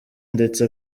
ndetse